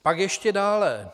Pak ještě dále.